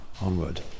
onward